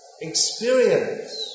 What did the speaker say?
experience